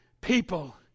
people